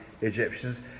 Egyptians